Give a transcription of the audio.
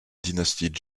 dynastie